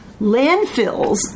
landfills